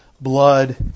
blood